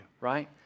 right